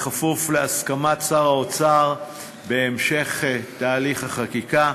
בכפוף להסכמת שר האוצר בהמשך תהליך החקיקה.